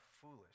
foolish